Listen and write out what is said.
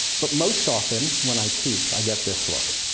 but most often, when i teach, i get this look,